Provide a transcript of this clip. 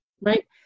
right